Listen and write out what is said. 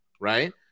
Right